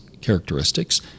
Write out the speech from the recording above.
characteristics